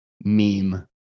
meme